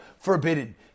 forbidden